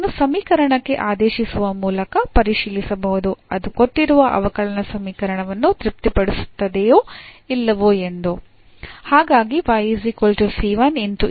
ಇದನ್ನು ಸಮೀಕರಣಕ್ಕೆ ಆದೇಶಿಸುವ ಮೂಲಕ ಪರಿಶೀಲಿಸಬಹುದು ಇದು ಕೊಟ್ಟಿರುವ ಅವಕಲನ ಸಮೀಕರಣವನ್ನು ತೃಪ್ತಿಪಡಿಸುತ್ತದೆಯೋ ಇಲ್ಲವೋ ಎಂದು